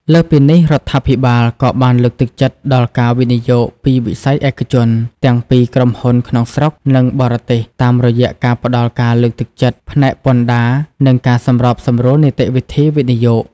លើសពីនេះ រដ្ឋាភិបាលក៏បានលើកទឹកចិត្តដល់ ការវិនិយោគពីវិស័យឯកជន ទាំងពីក្រុមហ៊ុនក្នុងស្រុក និងបរទេស តាមរយៈការផ្តល់ការលើកទឹកចិត្តផ្នែកពន្ធដារ និងការសម្រួលនីតិវិធីវិនិយោគ។